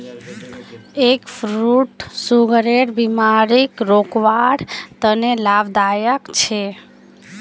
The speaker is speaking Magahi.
एग फ्रूट सुगरेर बिमारीक रोकवार तने लाभदायक छे